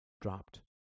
dropped